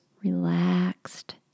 relaxed